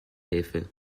hilfe